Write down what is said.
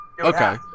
Okay